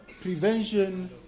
Prevention